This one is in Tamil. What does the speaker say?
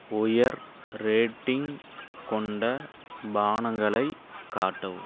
உயர் ரேட்டிங் கொண்ட பானங்களை காட்டவும்